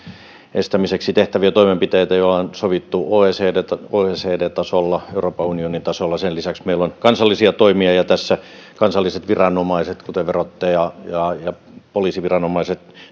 estämiseksi tehtäviä toimenpiteitä joita on sovittu oecd tasolla euroopan unionin tasolla sen lisäksi meillä on kansallisia toimia ja tässä kansalliset viranomaiset kuten verottaja ja ja poliisiviranomaiset